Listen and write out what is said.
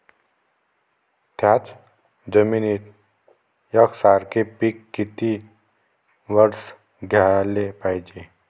थ्याच जमिनीत यकसारखे पिकं किती वरसं घ्याले पायजे?